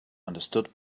understood